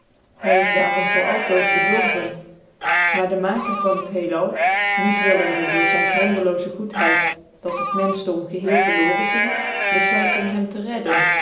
hy is daarom voor altoos bcdurven maar den maker van het heel al niet willende door zyn grondelooze goedheit dat het menfehdom geheel vcrloorcn ging bcfluit om hem te redden